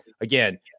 again